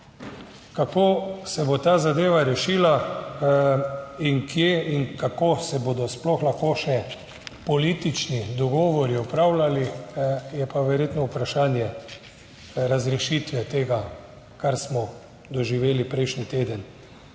Kako se bo ta zadeva rešila in kje in kako se bodo sploh lahko še politični dogovori opravljali, je pa verjetno vprašanje razrešitve tega, kar smo doživeli prejšnji teden.